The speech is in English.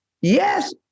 yes